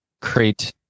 create